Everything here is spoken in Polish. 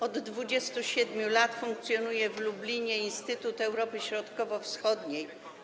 Od 27 lat funkcjonuje w Lublinie Instytut Europy Środkowo-Wschodniej.